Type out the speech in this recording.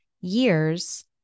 years